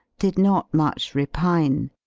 did not much repine.